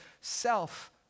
self